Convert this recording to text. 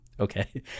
Okay